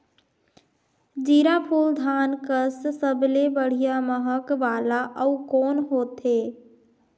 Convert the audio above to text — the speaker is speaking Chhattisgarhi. जीराफुल धान कस सबले बढ़िया महक वाला अउ कोन होथै?